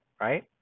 right